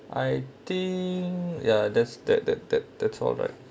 I think ya that's that that that that's all right